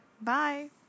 Bye